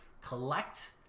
collect